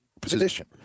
position